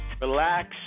relax